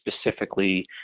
specifically